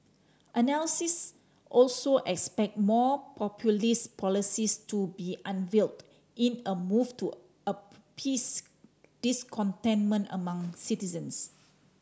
analysts also expect more populist policies to be unveiled in a move to appease discontentment among citizens